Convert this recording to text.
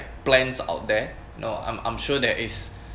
plans out there you know I'm I'm sure there is